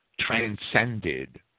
transcended